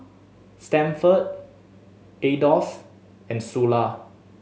Stanford Adolf and Sula